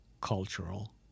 cultural